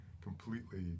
completely